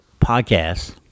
podcast